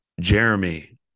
Jeremy